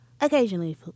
occasionally